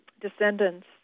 descendants